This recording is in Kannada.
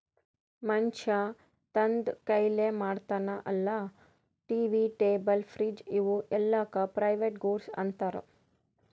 ಮನ್ಶ್ಯಾ ತಂದ್ ಕೈಲೆ ಮಾಡ್ತಾನ ಅಲ್ಲಾ ಟಿ.ವಿ, ಟೇಬಲ್, ಫ್ರಿಡ್ಜ್ ಇವೂ ಎಲ್ಲಾಕ್ ಪ್ರೈವೇಟ್ ಗೂಡ್ಸ್ ಅಂತಾರ್